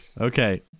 Okay